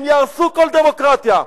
הם יהרסו כל דמוקרטיה.